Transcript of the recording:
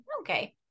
okay